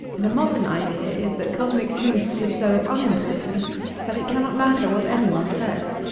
the modern idea is that cosmic truth is so unimportant that it cannot matter what anyone says.